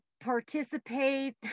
participate